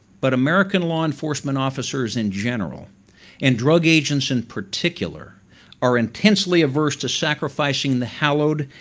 but american law enforcement officers in general and drug agents in particular are intensely averse to sacrificing the hallowed,